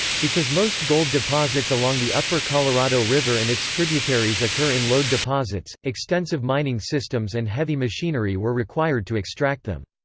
because most gold deposits along the upper colorado river and its tributaries occur in lode deposits, extensive mining systems and heavy machinery were required to extract them.